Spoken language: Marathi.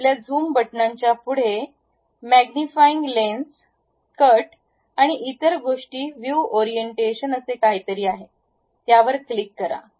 आपल्या झूम बटणांच्या पुढे मॅग्निफाईग लेन्स कट आणि इतर गोष्टी व्ह्यू ओरिएंटेशन असे काहीतरी आहे ते क्लिक करा